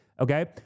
okay